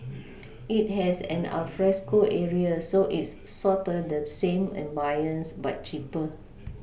it has an alfresco area so it's sorta the same ambience but cheaper